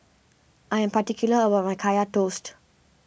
I am particular about my Kaya Toast